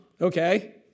okay